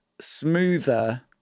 smoother